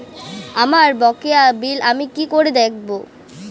আমার বকেয়া বিল আমি কি করে দেখব?